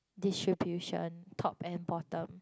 distribution top and bottom